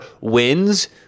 wins